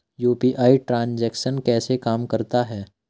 UPI transaction कैसे काम करता है?